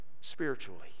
spiritually